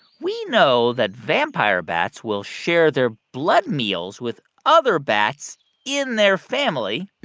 we know that vampire bats will share their blood meals with other bats in their family.